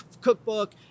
cookbook